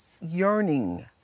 yearning